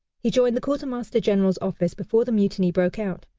he joined the quartermaster-general's office before the mutiny broke out,